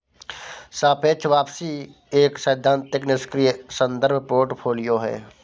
सापेक्ष वापसी एक सैद्धांतिक निष्क्रिय संदर्भ पोर्टफोलियो है